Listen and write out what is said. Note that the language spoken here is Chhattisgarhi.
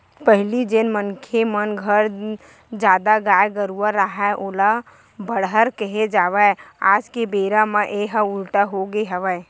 पहिली जेन मनखे मन घर जादा गाय गरूवा राहय ओला बड़हर केहे जावय आज के बेरा म येहा उल्टा होगे हवय